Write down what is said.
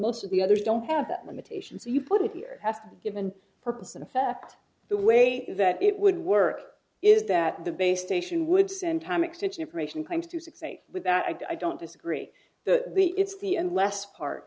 most of the others don't have that limitation so you put it here has given purpose an effect the way that it would work is that the base station would send time extension information claims to succeed with that i don't disagree that the it's the end less part